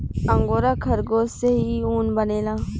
angora खरगोश से इ ऊन बनेला